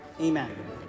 Amen